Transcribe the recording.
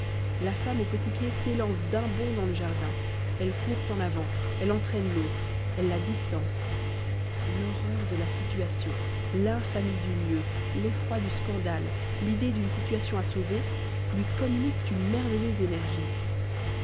la femme au petit pied s'élance d'un bond dans le jardin elle court en avant elle entraîne l'autre elle la distance l'horreur de la situation l'infamie du lieu l'effroi du scandale l'idée d'une situation à sauver lui communiquent une merveilleuse énergie